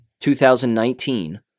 2019